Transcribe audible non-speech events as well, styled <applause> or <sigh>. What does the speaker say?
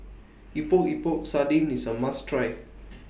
Epok Epok Sardin IS A must Try <noise>